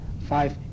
five